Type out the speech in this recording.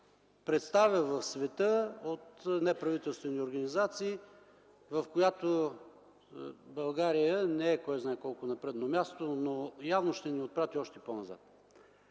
представя в света от неправителствени организации, в която България не е на кой знае колко предно място, но явно ще ни отпрати още по-назад.